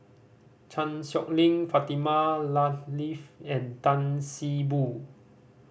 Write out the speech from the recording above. Chan Sow Lin Fatimah Lateef and Tan See Boo